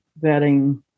vetting